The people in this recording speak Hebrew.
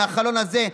מהחלון הזה,